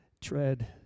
tread